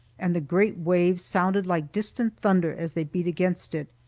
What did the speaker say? and the great waves sounded like distant thunder as they beat against it,